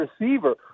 receiver